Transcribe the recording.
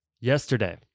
Yesterday